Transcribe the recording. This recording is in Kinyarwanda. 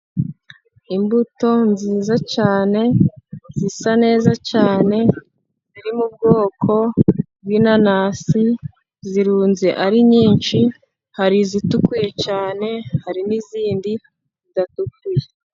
Imbuto nziza cyane, zisa neza cyane, zi mu bwoko bw'inanasi, zirunze ari nyinshi, hari izitukuye cyane hari n'izindi zidatukuye.